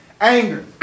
Anger